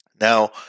Now